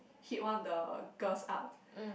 hit one of the girls up